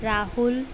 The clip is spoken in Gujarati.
રાહુલ